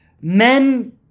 Men